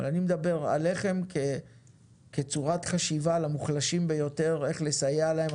אני מדבר עליכם כצורת חשיבה למוחלשים ביותר איך לסייע להם.